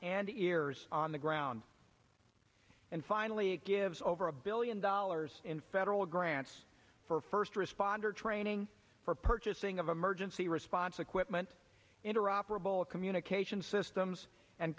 and ears on the ground and finally it gives over a billion dollars in federal grants for first responder training for purchasing of emergency response equipment interoperable communications systems and